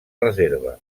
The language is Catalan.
reserva